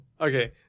Okay